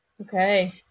okay